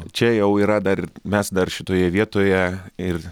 čia jau yra dar mes dar šitoje vietoje ir